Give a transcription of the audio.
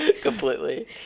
completely